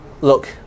Look